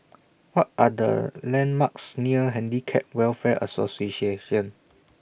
What Are The landmarks near Handicap Welfare